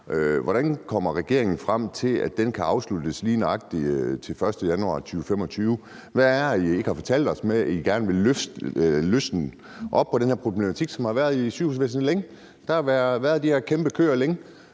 Hvordan kommer regeringen frem til, at den kan afsluttes lige nøjagtig til den 1. januar 2025? Hvad er det, I ikke har fortalt os? I vil gerne løsne op for den her problematik, som har været i sygehusvæsenet længe. Der har været de her kæmpe køer længe.